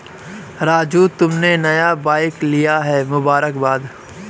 राजू तुमने नया बाइक लिया है मुबारकबाद